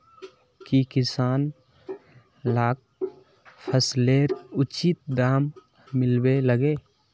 की किसान लाक फसलेर उचित दाम मिलबे लगे?